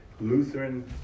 Lutheran